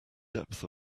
depth